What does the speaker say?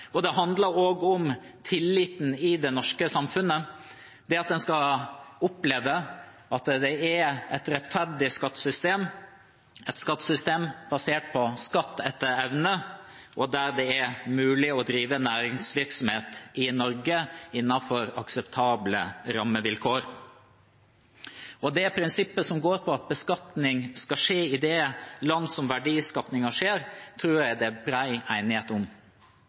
og det handler om tilliten i det norske samfunnet – det at en skal oppleve at det er et rettferdig skattesystem, et skattesystem basert på skatt etter evne, og der det er mulig å drive næringsvirksomhet i Norge innenfor akseptable rammevilkår. Prinsippet om at beskatning skal skje i det land verdiskapingen skjer, tror jeg det er bred enighet om.